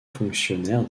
fonctionnaire